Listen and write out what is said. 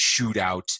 shootout